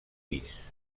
pis